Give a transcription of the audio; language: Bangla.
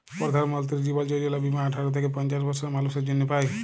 পরধাল মলতিরি জীবল যজলা বীমা আঠার থ্যাইকে পঞ্চাশ বসরের মালুসের জ্যনহে পায়